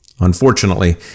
Unfortunately